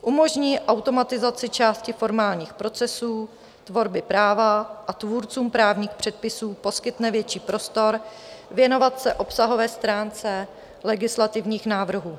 Umožní automatizaci části formálních procesů tvorby práva a tvůrcům právních předpisů poskytne větší prostor věnovat se obsahové stránce legislativních návrhů.